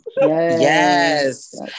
Yes